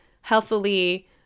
healthily